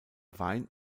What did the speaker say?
wein